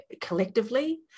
collectively